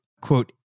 quote